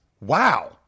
Wow